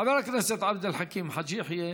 חבר הכנסת עבד אל חכים חאג' יחיא,